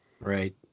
Right